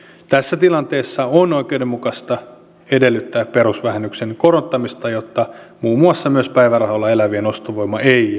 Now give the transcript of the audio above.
tässä tilanteessa on oikeudenmukaista edellyttää perusvähennyksen korottamista jotta muun muassa myös päivärahoilla elävien ostovoima ei jää jälkeen